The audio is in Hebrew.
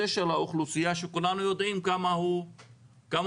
של האוכלוסייה שכולנו יודעים כמה הוא סובל